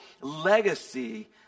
legacy